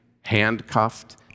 handcuffed